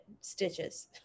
stitches